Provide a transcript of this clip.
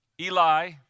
Eli